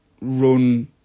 run